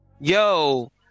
Yo